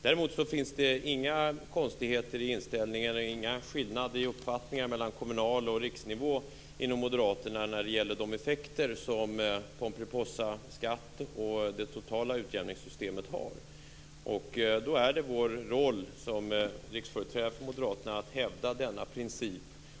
Däremot finns det inga konstigheter och inga skillnader i uppfattning mellan kommunal nivå och riksnivå inom moderaterna när det gäller de effekter som Pomperipossa-skatt och det totala utjämningssystemet har. Då är det vår roll som riksföreträdare för moderaterna att hävda denna princip.